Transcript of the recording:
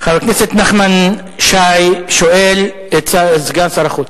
חבר הכנסת נחמן שי שואל את סגן שר החוץ: